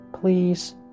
Please